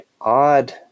odd